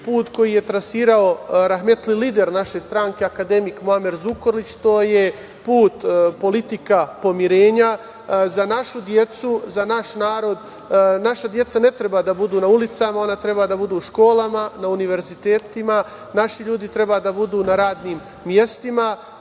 put koji je trasirao rahmetli lider naše stranke, akademik Muamer Zukorlić. To je politika pomirenja za našu decu, za naš narod. Naša deca ne treba da budu na ulicama, ona treba da budu u školama, na univerzitetima. Naši ljudi treba da budu na radnim mestima. Hoću